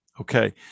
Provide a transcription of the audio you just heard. Okay